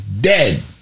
Dead